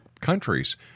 countries